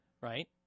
right